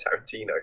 Tarantino